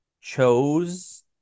chose